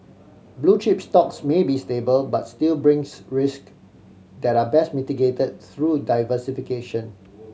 blue chip stocks may be stable but still brings risk that are best mitigate through diversification